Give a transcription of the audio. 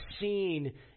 seen